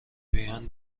بیان